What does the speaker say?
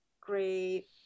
great